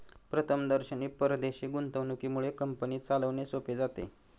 प्रथमदर्शनी परदेशी गुंतवणुकीमुळे कंपनी चालवणे सोपे जाते